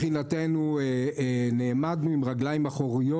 מבחינתנו, אנחנו נעמדנו על הרגליים האחוריות.